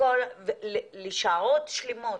לשעות שלמות.